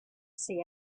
see